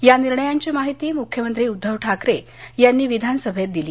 या निर्णयांची माहिती मुख्यमंत्री उद्दव ठाकरे यांनी विधानसभेत दिली